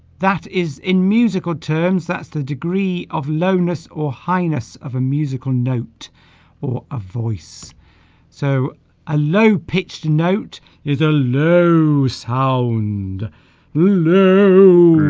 that is in musical terms that's the degree of lowness or highness of a musical note or a voice so a low-pitched note is a low you sound low